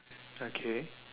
okay